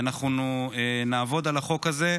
אנחנו נעבוד על החוק הזה,